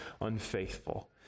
unfaithful